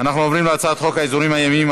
אנחנו עוברים להצעת חוק האזורים הימיים,